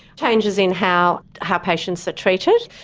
changes in how how patients are treated.